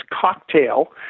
cocktail